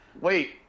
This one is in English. wait